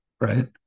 right